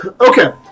Okay